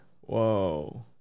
Whoa